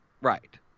Right